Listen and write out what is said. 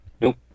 Nope